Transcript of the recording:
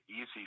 easy